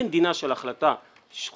אין דינה של החלטה חודשיים,